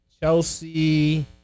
Chelsea